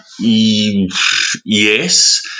Yes